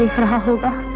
sahiba,